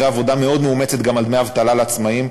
אחרי עבודה מאוד מאומצת גם על דמי אבטלה לעצמאים,